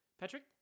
Patrick